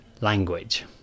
language